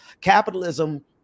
capitalism